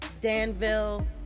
Danville